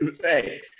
Hey